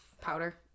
Powder